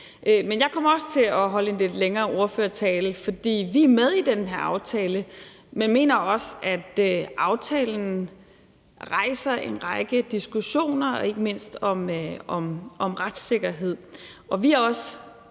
Men jeg kommer også til at holde en lidt længere ordførertale, for vi er med i den her aftale, men mener også, at aftalen rejser en række diskussioner, ikke mindst om retssikkerhed.